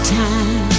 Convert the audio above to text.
time